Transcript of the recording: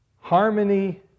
Harmony